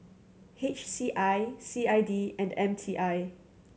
H C I C I D and M T I